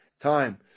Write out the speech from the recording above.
time